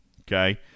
Okay